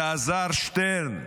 אלעזר שטרן,